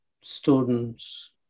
students